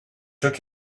took